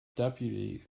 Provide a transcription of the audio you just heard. deputy